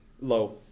low